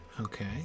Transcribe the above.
okay